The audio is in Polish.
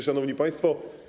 Szanowni Państwo!